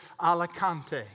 Alicante